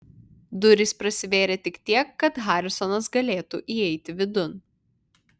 durys prasivėrė tik tiek kad harisonas galėtų įeiti vidun